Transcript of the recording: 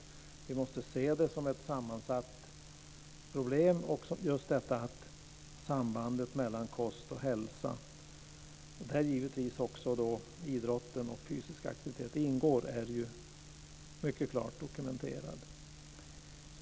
Vi måste se sambandet mellan kost och hälsa som ett sammansatt problem, där givetvis också idrott och fysisk aktivitet ingår. Det är mycket klart dokumenterat.